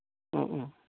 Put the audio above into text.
अ अ